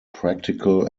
practical